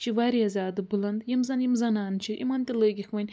یہِ چھُ وارِیاہ زیادٕ بُلند یِم زن یِم زنانہٕ چھِ یِمن تہِ لٲگکھ وۄنۍ